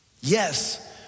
Yes